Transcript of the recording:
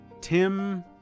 Tim